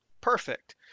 Perfect